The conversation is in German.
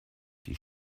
die